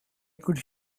could